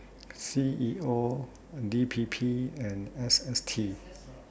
C E O D P P and S S T